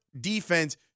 defense